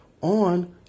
on